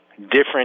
different